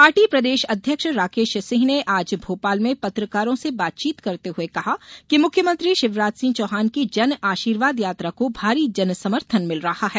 पाटी प्रदेश अध्यक्ष राकेश सिंह ने आज भोपाल में पत्रकारों से बातचीत करते हुए कहा कि मुख्यमंत्री शिवराज सिंह चौहान की जनआशीर्वाद यात्रा को भारी जनसमर्थन मिल रहा है